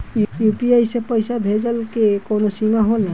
UPI से पईसा भेजल के कौनो सीमा होला?